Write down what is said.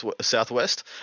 Southwest